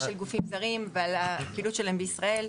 של גופים זרים ועל הפעילות שלהם בישראל.